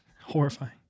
horrifying